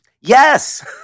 yes